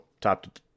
top